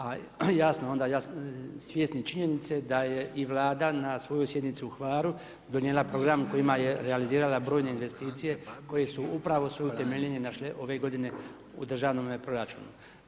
A jasno onda svjesni činjenice da je i Vlada na svojoj sjednici u Hvaru donijela program kojima je realizirala brojne investicije koje su upravo su utemeljene ove godine u državnome proračunu.